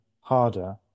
harder